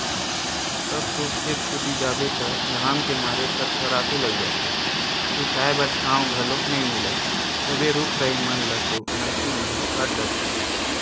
अब तो खेत कोती जाबे त घाम के मारे थरथरासी लाग जाथे, सुरताय बर छांव घलो नइ मिलय सबे रुख राई मन ल तो मनखे मन ह काट डरथे